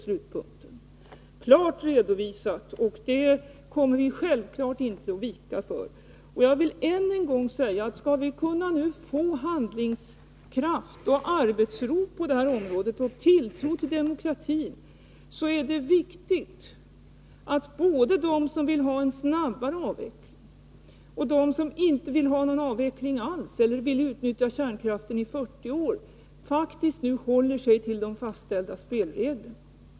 Detta har alltså klart redovisats, och självfallet kommer vi inte att vika på den punkten. Jag vill än en gång framhålla, att om vi skall kunna få handlingskraft och arbetsro på detta område och tilltro till demokratin, är det viktigt att både de som vill ha en snabbare avveckling och de som inte vill ha någon avveckling alls, utan som vill utnyttja kärnkraften i 40 år, faktiskt håller sig till de fastställda spelreglerna.